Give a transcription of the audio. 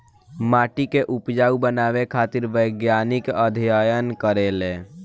माटी के उपजाऊ बनावे खातिर वैज्ञानिक अध्ययन करेले